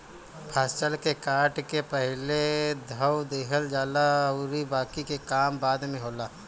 फसल के काट के पहिले धअ देहल जाला अउरी बाकि के काम बाद में होला